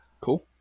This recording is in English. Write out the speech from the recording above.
cool